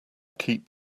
keep